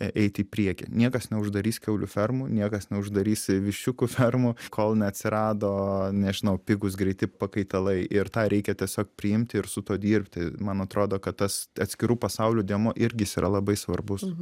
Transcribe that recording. eit į priekį niekas neuždarys kiaulių fermų niekas neuždarys viščiukų fermų kol neatsirado nežinau pigūs greiti pakaitalai ir tą reikia tiesiog priimti ir su tuo dirbti man atrodo kad tas atskirų pasaulių dėmuo irgi jis yra labai svarbus